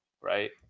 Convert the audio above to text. right